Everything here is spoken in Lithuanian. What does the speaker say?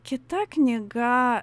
kita knyga